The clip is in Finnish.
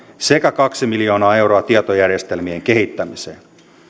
sekä kaksi miljoonaa euroa tietojärjestelmien kehittämiseen